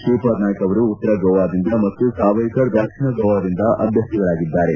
ಶ್ರೀಪಾದ್ ನಾಯ್ಗ್ ಅವರು ಉತ್ತರ ಗೋವಾದಿಂದ ಮತ್ತು ಸಾವ್ಯೆಕರ್ ದಕ್ಷಿಣ ಗೋವಾದಿಂದ ಅಭ್ಯರ್ಥಿಗಳಾಗಿದ್ದಾರೆ